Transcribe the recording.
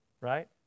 Right